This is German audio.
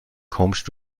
kommst